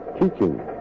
teaching